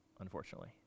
unfortunately